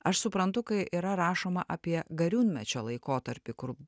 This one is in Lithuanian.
aš suprantu kai yra rašoma apie gariūnmečio laikotarpį kur